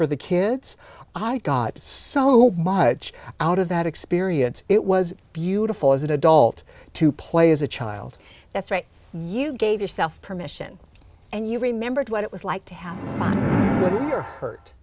for the kids i got so much out of that experience it was beautiful as an adult to play as a child that's right you gave yourself permission and you remembered what it was like to have